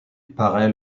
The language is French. paraît